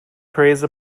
praise